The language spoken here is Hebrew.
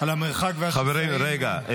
על המרחק והשסעים --- חברים, רגע.